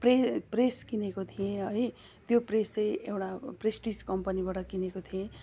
pray press किनेको थिएँ है त्यो प्रेस चाहिँ एउटा प्रेसटिज कम्पनीबाट किनेको थिएँ